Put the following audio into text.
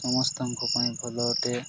ସମସ୍ତଙ୍କ ପାଇଁ ଭଲ ଅଟେ